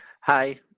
Hi